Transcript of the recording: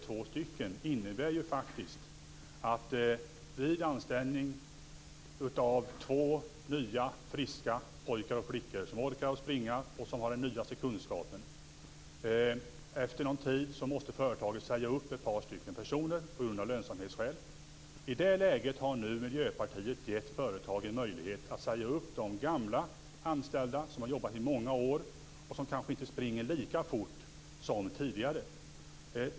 Om ett företag anställer två unga, friska pojkar eller flickor som orkar att springa och som har den nyaste kunskapen och företaget efter någon tid måste säga upp några anställda på grund av lönsamhetsskäl, har Miljöpartiet medverkat till att ge företaget en möjlighet att säga upp de anställda som har jobbat i många år och som kanske inte springer lika fort som tidigare.